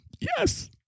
Yes